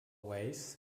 weighs